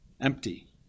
empty